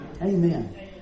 Amen